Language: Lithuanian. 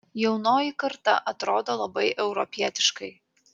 jaunoji karta atrodo labai europietiškai